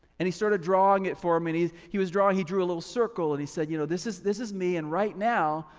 and he started drawing it for me and he was drawing, he drew a little circle and he said, you know, this is this is me and right now,